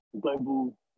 Global